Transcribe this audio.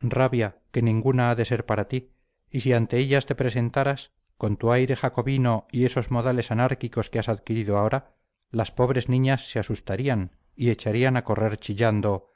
rabia que ninguna ha de ser para ti y si ante ellas te presentaras con tu aire jacobino y esos modales anárquicos que has adquirido ahora las pobres niñas se asustarían y echarían a correr chillando